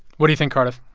what do you think, cardiff?